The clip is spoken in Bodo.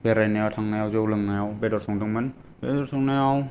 बेरायनायाव थांनायाव जौ लोंनायाव बेदर संदोंमोन बेदर संनायाव